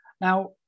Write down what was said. Now